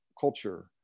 culture